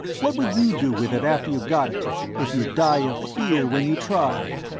what would you do with it after you got it if you die of fear when you try?